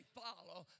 follow